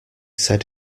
said